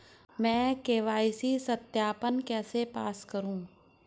मैं के.वाई.सी सत्यापन कैसे पास करूँ?